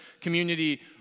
community